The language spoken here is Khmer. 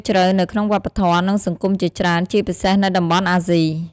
ព្រះពុទ្ធសាសនាបានជ្រួតជ្រាបយ៉ាងជ្រាលជ្រៅនៅក្នុងវប្បធម៌ និងសង្គមជាច្រើន ជាពិសេសនៅតំបន់អាស៊ី។